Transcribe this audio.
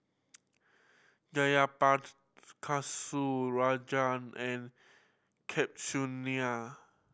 Jayaprakash Rajan and